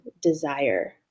desire